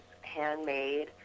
handmade